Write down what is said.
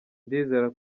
ndizera